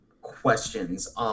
questions